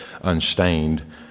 unstained